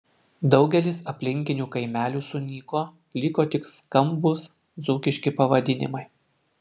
daugelis aplinkinių kaimelių sunyko liko tik skambūs dzūkiški pavadinimai